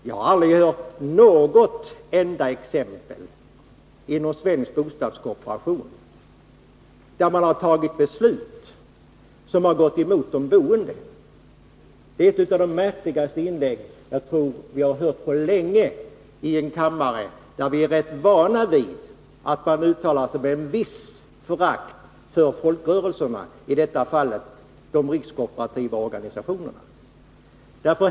Jag har aldrig hört talas om något enda exempel på att man inom svensk bostadskooperation har tagit beslut som har gått emot de boende. Det är ett av de märkligaste inlägg som jag har hört på länge i den här kammaren, där vi ändå är rätt vana vid att man uttalar sig med visst förakt om folkrörelserna, i detta fall de rikskooperativa organisationerna.